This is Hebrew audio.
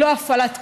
לא הפעלת כוח,